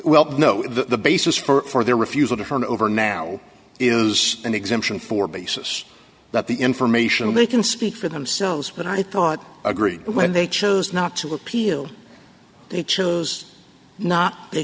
that the basis for their refusal to turn over now is an exemption for basis that the information they can speak for themselves but i thought agree when they chose not to appeal they chose not they